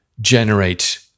generate